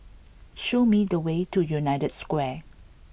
show me the way to United Square